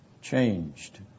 changed